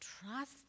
trust